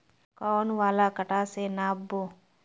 कौन वाला कटा से नाप बो?